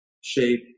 shape